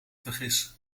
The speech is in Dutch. vergis